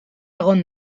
egon